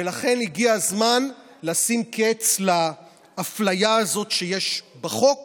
ולכן הגיע הזמן לשים קץ לאפליה הזאת שיש בחוק